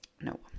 No